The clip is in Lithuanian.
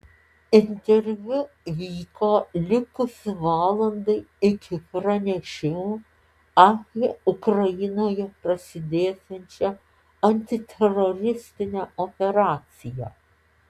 interviu vyko likus valandai iki pranešimo apie ukrainoje prasidėsiančią antiteroristinę operaciją